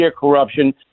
corruption